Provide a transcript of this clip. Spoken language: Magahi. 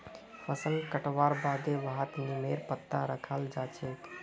फसल कटवार बादे वहात् नीमेर पत्ता रखाल् जा छे